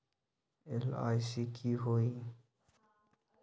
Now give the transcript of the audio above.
LIC की होअ हई?